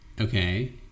Okay